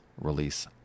release